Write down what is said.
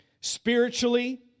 Spiritually